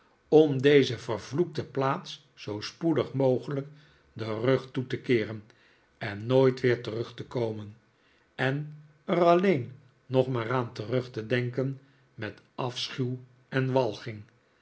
om deze vervloekte plaats zoo spoedig mogelijk den rug toe te keeren en nooit weer terug te komen en er alleen nog maar aan terug te denken met afschuw en walging